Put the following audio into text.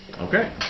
Okay